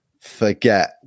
forget